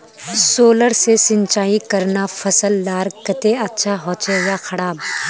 Solar से सिंचाई करना फसल लार केते अच्छा होचे या खराब?